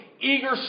eager